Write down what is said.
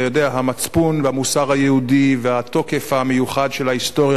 המצפון והמוסר היהודי והתוקף המיוחד של ההיסטוריה שלנו,